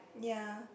ya